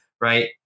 right